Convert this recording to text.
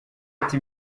ati